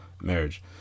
marriage